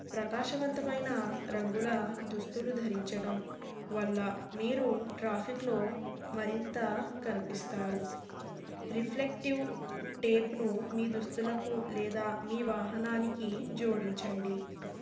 ప్రకాశవంతమైన రంగుల దుస్తులు ధరించడం వల్ల మీరు ట్రాఫిక్లో మరింత కనిపిస్తారు రిఫ్లెక్టివ్ టేప్ను మీ దుస్తులకు లేదా మీ వాహనానికి జోడించండి